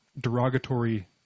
derogatory